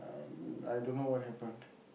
uh I don't know what happened